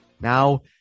now